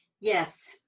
Yes